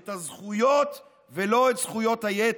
את הזכויות ולא את זכויות היתר.